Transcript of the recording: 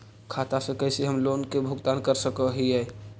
खाता से कैसे हम लोन के भुगतान कर सक हिय?